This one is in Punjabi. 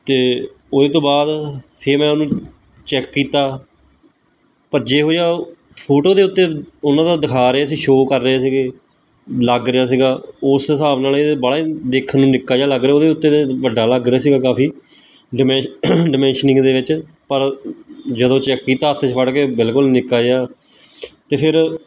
ਅਤੇ ਉਹਦੇ ਤੋਂ ਬਾਅਦ ਫਿਰ ਮੈਂ ਉਹਨੂੰ ਚੈੱਕ ਕੀਤਾ ਭੱਜੇ ਹੋਏ ਆ ਫੋਟੋ ਦੇ ਉੱਤੇ ਉਹਨਾਂ ਦਾ ਦਿਖਾ ਰਹੇ ਸੀ ਸ਼ੋ ਕਰ ਰਹੇ ਸੀਗੇ ਲੱਗ ਰਿਹਾ ਸੀਗਾ ਉਸ ਹਿਸਾਬ ਨਾਲ ਇਹਦੇ ਬਾਹਲਾ ਦੇਖਣ ਨੂੰ ਨਿੱਕਾ ਜਿਹਾ ਲੱਗ ਰਿਹਾ ਉਹਦੇ ਉੱਤੇ ਵੱਡਾ ਲੱਗ ਰਿਹਾ ਸੀਗਾ ਕਾਫ਼ੀ ਡੋਮੇਸ਼ ਡਮੇਸ਼ਨਿੰਗ ਦੇ ਵਿੱਚ ਪਰ ਜਦੋਂ ਚੈੱਕ ਕੀਤਾ ਹੱਥ 'ਚ ਫੜ ਕੇ ਬਿਲਕੁਲ ਨਿੱਕਾ ਜਿਹਾ ਅਤੇ ਫਿਰ